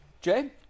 Jay